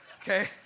Okay